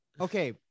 okay